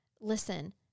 listen